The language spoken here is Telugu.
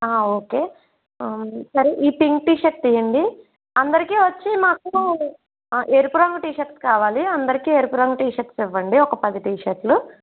ఓకే సరే ఈ పింక్ టీషర్ట్ తియ్యండి అందరికి వచ్చి మాకు ఎరుపు రంగు టీషర్ట్ కావాలి అందరికి ఎరుపు రంగు టీషర్ట్ ఇవ్వండి ఒక పది టీషర్ట్లు